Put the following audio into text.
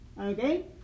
okay